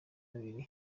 babiri